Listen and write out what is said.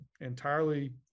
entirely